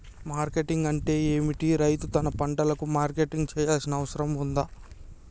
Marketing అంటే ఏమిటి? రైతు తన పంటలకు మార్కెటింగ్ చేయాల్సిన అవసరం ఉందా?